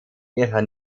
ihrer